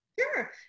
Sure